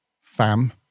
fam